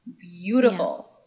Beautiful